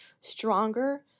stronger